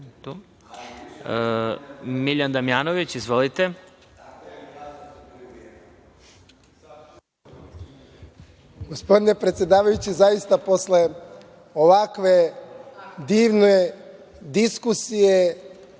**Miljan Damjanović** Gospodine predsedavajući, zaista posle ovakve divne diskusije